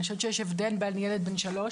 אני חושבת שיש הבדל בין ילד בן 3,